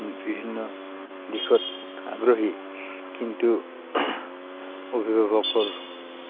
বিভিন্ন দিশত আগ্ৰহী কিন্তু অভিভাৱকৰ